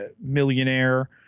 millionaire